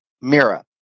Mira